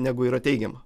negu yra teigiama